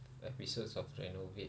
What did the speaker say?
episodes of renovaid